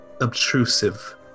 obtrusive